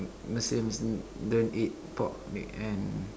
Muslims don't eat pork and